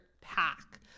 pack